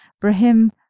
Brahim